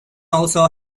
also